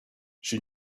she